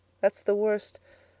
that's the worst.